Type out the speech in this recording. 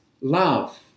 love